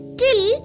till